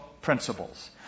principles